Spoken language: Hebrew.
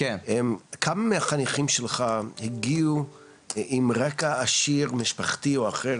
כמה מהחניכים שלך הגיעו עם רקע עשיר משפחתי או אחר,